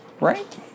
right